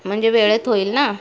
म्हणजे वेळेत होईल ना